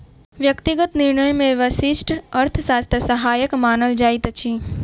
व्यक्तिगत निर्णय मे व्यष्टि अर्थशास्त्र सहायक मानल जाइत अछि